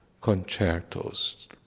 concertos